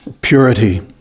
purity